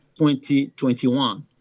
2021